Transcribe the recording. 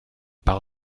par